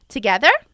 Together